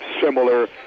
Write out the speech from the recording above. similar